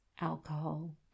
alcohol